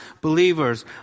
believers